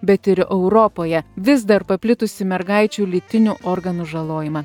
bet ir europoje vis dar paplitusį mergaičių lytinių organų žalojimą